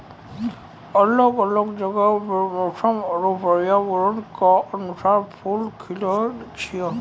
अलग अलग जगहो पर मौसम आरु पर्यावरण क अनुसार फूल खिलए छै